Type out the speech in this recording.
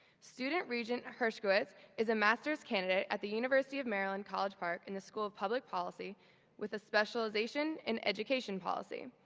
student regent hershkowitz is a masters candidate at the university of maryland college park in the school of public policy with a specialization in education policy.